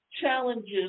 challenges